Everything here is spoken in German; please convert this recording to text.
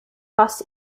fast